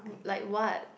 like what